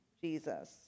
Jesus